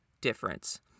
difference